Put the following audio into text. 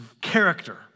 character